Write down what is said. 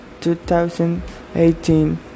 2018